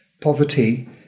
poverty